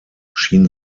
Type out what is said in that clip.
schien